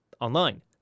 online